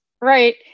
right